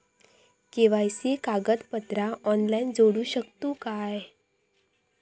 KYC कागदपत्रा online जोडू शकतू का?